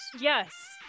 Yes